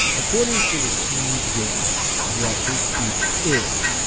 according to the received wisdom of what hate-speech is,